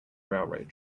railroad